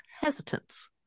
hesitance